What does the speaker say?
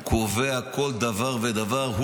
קובע כל דבר ודבר.